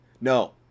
No